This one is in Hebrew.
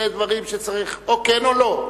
זה דברים שצריך להחליט או כן או לא,